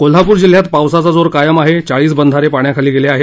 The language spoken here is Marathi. कोल्हापुर जिल्ह्यात पावसाचा जोर कायम आहे चाळीस बंधारे पाण्याखाली गेले आहेत